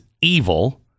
evil